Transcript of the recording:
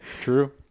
True